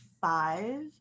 five